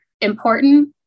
important